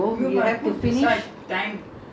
by the time I come back I cannot do any work already